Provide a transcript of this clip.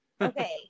okay